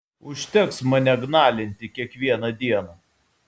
užteks mane gnalinti kiekvieną dieną